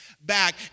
back